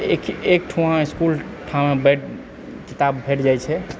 एक एकठुमा इसकुल बेड किताब भेट जाइत छै